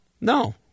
No